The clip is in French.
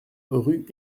rue